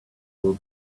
will